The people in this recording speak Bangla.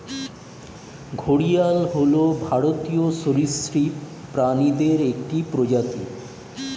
ঘড়িয়াল হল ভারতীয় সরীসৃপ প্রাণীদের একটি প্রজাতি